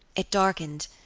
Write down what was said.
it darkened,